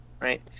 right